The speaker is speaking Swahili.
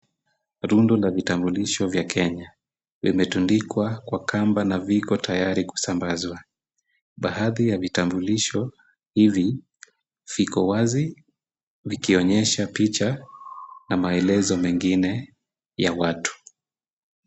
Rundo la vitambulisho vya Kenya vimetundikwa kwa kamba na viko tayari kusambazwa. Baadhi ya vitambulisho hivi viko wazi vikionyesha picha na maelezo mengine ya watu.